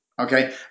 Okay